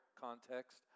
context